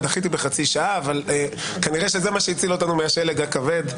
דחיתי בחצי שעה אבל כנראה זה מה שהציל אותנו מהשלג הכבד.